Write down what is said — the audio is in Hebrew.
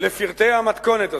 לפרטי המתכונת הזאת.